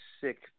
sick